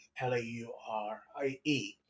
L-A-U-R-I-E